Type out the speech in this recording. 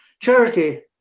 charity